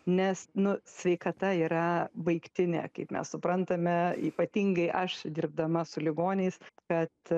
nes nu sveikata yra baigtinė kaip mes suprantame ypatingai aš dirbdama su ligoniais kad